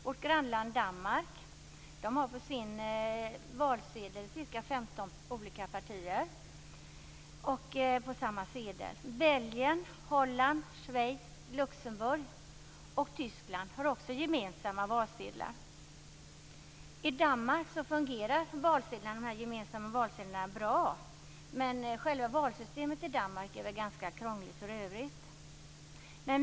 Vårt grannland Danmark har på sin valsedel ca 15 olika partier på samma sedel. Belgien, Holland, Schweiz, Luxemburg och Tyskland har också gemensamma valsedlar. I Danmark fungerar de här gemensamma valsedlarna bra. Men själva valsystemet i Danmark är ganska krångligt i övrigt.